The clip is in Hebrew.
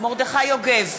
מרדכי יוגב,